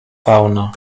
fauna